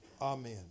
Amen